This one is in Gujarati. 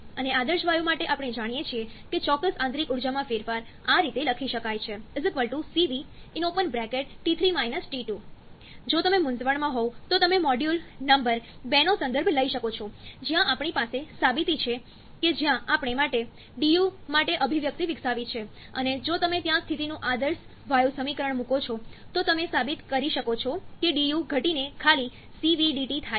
અને આદર્શ વાયુમાટે આપણે જાણીએ છીએ કે ચોક્કસ આંતરિક ઊર્જામાં ફેરફાર આ રીતે લખી શકાય છે cv જો તમે મૂંઝવણમાં હોવ તો તમે મોડ્યુલ નંબર 2 નો સંદર્ભ લઈ શકો છો જ્યાં આપણી પાસે સાબિતી છે કે જ્યાં આપણે માટે du માટે અભિવ્યક્તિ વિકસાવી છે અને જો તમે ત્યાં સ્થિતિનું આદર્શ વાયુ સમીકરણ મૂકો છો તો તમે સાબિત કરી શકો છો કે du ઘટીને ખાલી cvdT થાય છે